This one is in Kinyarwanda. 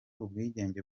ubwigenge